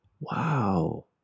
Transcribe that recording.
Wow